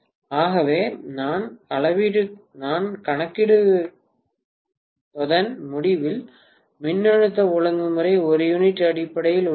ஆகவே நாம் கணக்கிடுகிறவற்றின் முடிவில் மின்னழுத்த ஒழுங்குமுறை ஒரு யூனிட் அடிப்படையில் உள்ளது